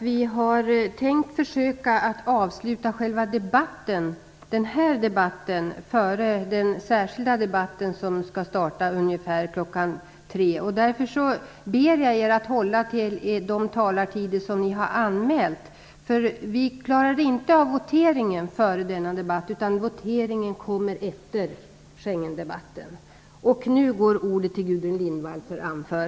Vi har tänkt försöka att avsluta den här debatten före den särskilda debatt som skall starta ungefär klockan tre. Därför ber jag er att hålla er till de talartider som ni har anmält. Voteringen kommer efter